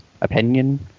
opinion